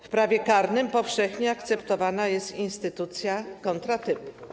W prawie karnym powszechnie akceptowana jest instytucja kontratypu.